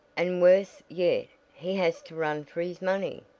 and worse yet he has to run for his money.